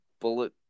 bullet